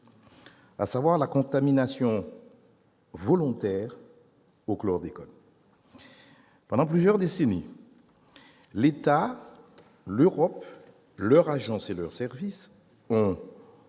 à savoir la contamination volontaire au chlordécone. Pendant plusieurs décennies, l'État et l'Europe, à travers leurs agences et leurs services, ont